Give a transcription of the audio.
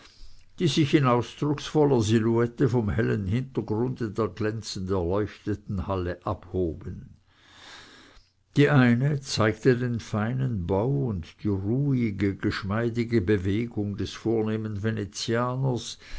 die sich in ausdrucksvoller silhouette vom hellen hintergrunde der glänzend erleuchteten halle abhoben die eine zeigte den feinen bau und die ruhige geschmeidige bewegung des vornehmen